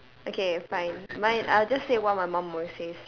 okay fine mine I'll just say what my mom always says